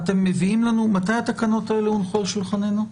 מתי התקנות האלה הונחו על שולחננו?